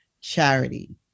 charity